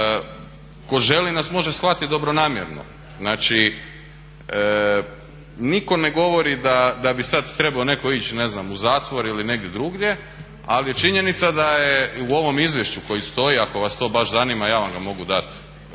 tko želi nas može shvatiti dobronamjerno. Znači nitko ne govorio da bi sad trebao neko ići ne znam u zatvor ili negdje drugdje, ali je činjenica da je u ovom izvješću koji stoji i ako vas to baš zanima ja vam ga mogu dati